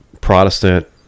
protestant